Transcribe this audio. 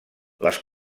les